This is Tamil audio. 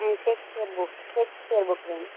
ம் ஷேக்ஸ்பியர் புக் ஷேக்ஸ்பியர் புக் வேணும்